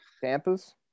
Tampa's